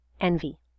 envy